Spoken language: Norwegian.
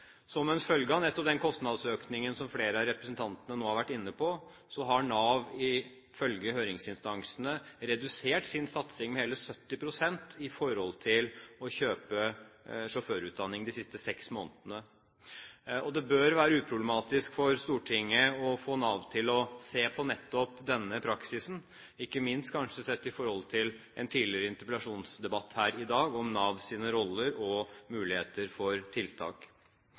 Som en følge av nettopp den kostnadsøkningen som flere av representantene nå har vært inne på, har Nav ifølge høringsinstansene redusert sin satsing med hele 70 pst. når det gjelder å kjøpe sjåførutdanning, de siste seks månedene. Det bør være uproblematisk for Stortinget å få Nav til å se på denne praksisen, ikke minst sett i forhold til en tidligere interpellasjonsdebatt her i dag om Navs roller og muligheter for tiltak.